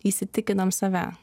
įsitikinam save